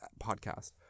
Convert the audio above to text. podcast